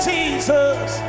Jesus